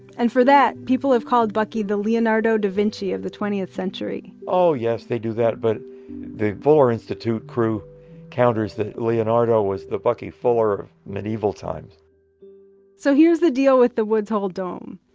and for that, people have called bucky the leonardo da vinci of the twentieth century oh yes, they do that, but the fuller institute crew counters that leonardo was the bucky fuller of medieval times so here's the deal with the woods hole dome.